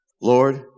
Lord